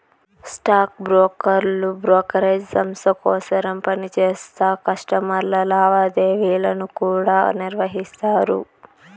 stock బ్రోకర్లు brokerage సంస్త కోసరం పనిచేస్తా కస్టమర్ల లావాదేవీలను కూడా నిర్వహిస్తారు